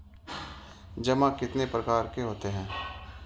जमा कितने प्रकार के होते हैं?